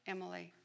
Emily